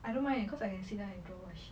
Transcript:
I don't mind cause I can sit down and draw